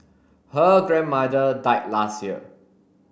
her grandmother died last year